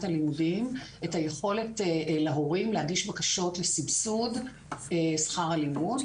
הלימודים את היכולת להורים להגיש בקשות לסבסוד שכר הלימוד.